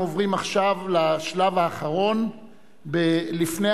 אנחנו עוברים עכשיו לשלב האחרון לפני